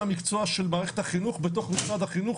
המקצוע של מערכת החינוך בתוך משרד החינוך,